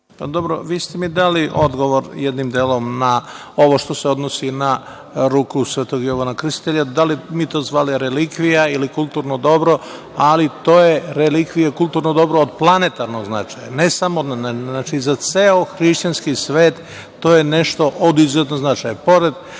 Savić** Vi ste mi dali odgovor jednim delom na ovo što se odnosi na ruku Svetog Jovana Krstitelja. Da li mi to zvali relikvija ili kulturno dobro, ali, to je relikvija kulturno dobro od planetarnog značaja. Za ceo hrišćanski svet to je nešto od izuzetnog značaja.